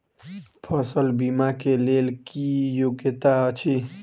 फसल बीमा केँ लेल की योग्यता अछि?